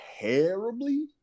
terribly